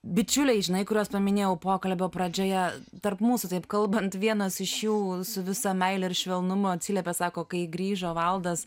bičiuliai žinai kuriuos paminėjau pokalbio pradžioje tarp mūsų taip kalbant vienas iš jų su visa meile ir švelnumu atsiliepė sako kai grįžo valdas